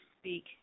speak